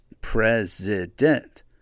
president